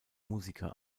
musiker